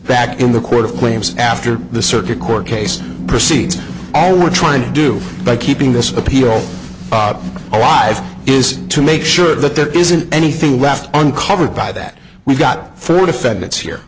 back in the court of claims after the circuit court case proceeds all we're trying to do by keeping this appeal alive is to make sure that there isn't anything left uncovered by that we've got four defendants here